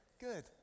Good